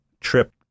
trip